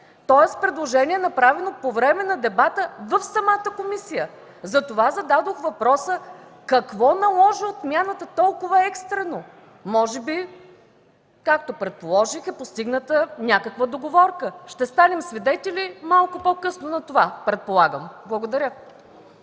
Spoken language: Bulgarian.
е предложение, направено по време на дебата в самата комисия. Затова зададох въпроса: какво наложи отмяната толкова екстрено? Може би, както предложих, е постигната някаква договорка? Предполагам, че ще станем свидетели малко по-късно на това. Благодаря.